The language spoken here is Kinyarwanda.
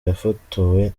yafotowe